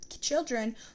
children